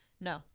no